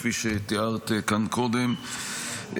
כפי שתיארת כאן קודם.